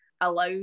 allow